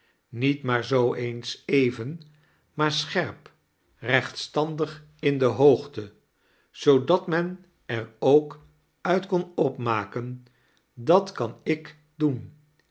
was nietmaar zoo eens even maar sclierp rechtstandig in de hoogte zoodat men er ook uit kon opmaken dat kan i k doen